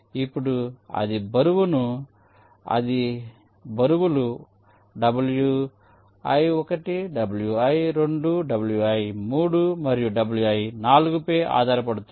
ఇప్పుడు అది బరువులు wi1 wi 2 wi3 మరియు wi4 పై ఆధారపడుతుంది